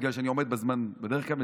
כי אני עומד בזמנים בדרך כלל.